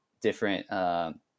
different